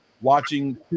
watching